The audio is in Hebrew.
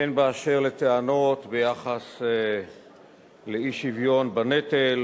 הן באשר לטענות ביחס לאי-שוויון בנטל